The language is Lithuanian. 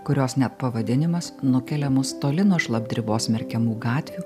kurios net pavadinimas nukelia mus toli nuo šlapdribos merkiamų gatvių